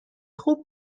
خوب